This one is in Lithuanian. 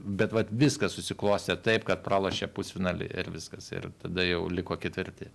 bet vat viskas susiklostė taip kad pralošė pusfinalį ir viskas ir tada jau liko ketvirti